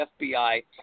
fbi